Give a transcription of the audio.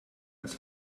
als